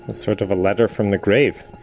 ah sort of a letter from the grave?